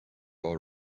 all